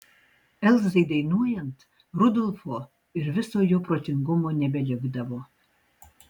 elzai dainuojant rudolfo ir viso jo protingumo nebelikdavo